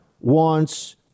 wants